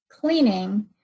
cleaning